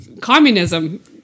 communism